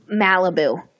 Malibu